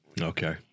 Okay